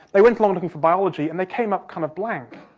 they went along looking for biology, and they came up kind of blank.